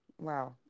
Wow